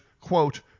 quote